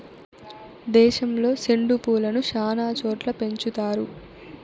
దేశంలో సెండు పూలను శ్యానా చోట్ల పెంచుతారు